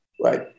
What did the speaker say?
right